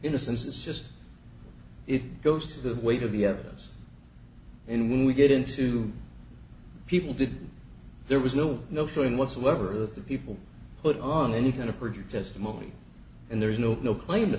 innocence is just it goes to the weight of the evidence and when we get into people did there was no no feeling whatsoever that the people put on any kind of perjury testimony and there's no no claim